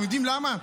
אתם יודעים למה?